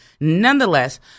nonetheless